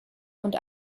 und